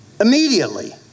Immediately